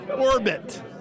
orbit